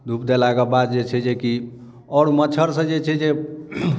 धूप देलाक बाद जे छै जेकि आओर मच्छरसँ जे छै जे